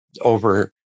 over